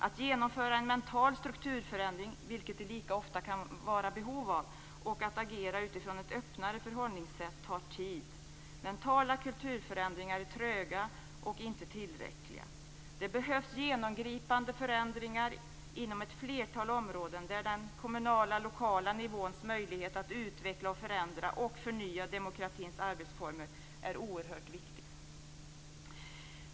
Att genomföra en mental strukturförändring, vilket det lika ofta kan finnas behov av, och att agera utifrån ett öppnare förhållningssätt tar tid. Mentala kulturförändringar är tröga och inte tillräckliga. Det behövs genomgripande förändringar inom ett flertal områden där den kommunala förändra och förnya demokratins arbetsformer är oerhört viktiga.